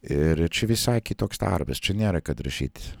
ir čia visai kitoks darbas čia nėra kad rašyt